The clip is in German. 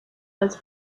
als